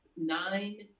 nine